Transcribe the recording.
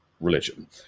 religion